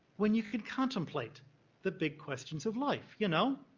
when you could contemplate the big questions of life. you know,